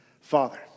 Father